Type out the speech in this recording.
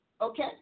Okay